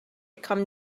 come